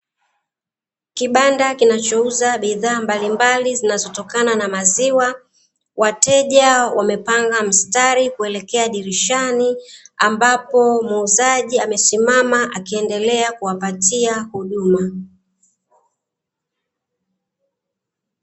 Kibanda kinachouza bidhaa mbalimbali zinazotokana na maziwa, wateja wamepanga mstari kuelekea dirishani, ambapo muuzaji amesimama, akiendelea kuwapatia huduma.